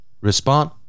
respond